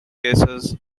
cases